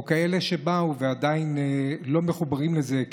או כאלה שעדיין לא מחוברים לזה,